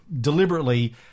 deliberately